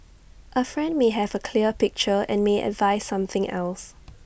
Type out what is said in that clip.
A friend may have A clear picture and may advise something else